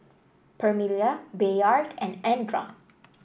Permelia Bayard and Andra